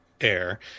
Air